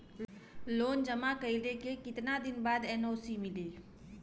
Loan जमा कइले के कितना दिन बाद एन.ओ.सी मिली?